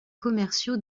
commerciaux